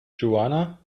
joanna